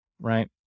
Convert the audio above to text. right